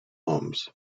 homes